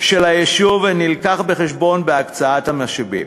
של היישוב מובא בחשבון בהקצאת המשאבים.